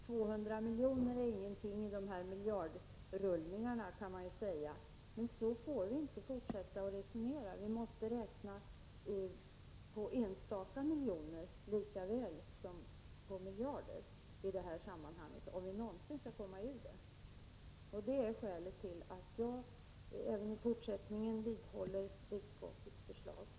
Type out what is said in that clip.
200 miljoner är ingenting i den miljardrullningen, kan man ju säga, men så får vi inte fortsätta att resonera. Vi måste i det här sammanhanget se till enstaka miljoner lika väl som till miljarder, om vi någonsin skall komma ur den här situationen. Det är skälet till att jag håller fast vid utskottets förslag.